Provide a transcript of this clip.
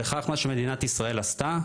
וכך מה שמדינת ישראל עשתה